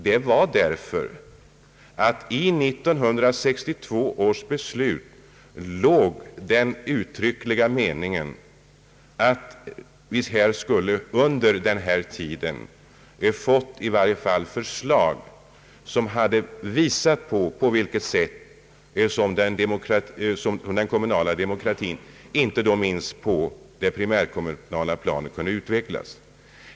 Denna berodde på att man med 1962 års beslut uttryckligen avsåg att vi under denna tid skulle ha fått i varje fall förslag som hade visat på vilket sätt som den kommunala demokratin, inte minst på det primärkommunala planet, kunde utvecklas.